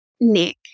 Nick